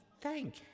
thank